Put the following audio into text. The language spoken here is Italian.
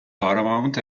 paramount